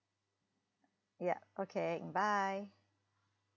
ya okay mm bye